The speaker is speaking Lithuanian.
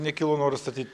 nekilo noras statyt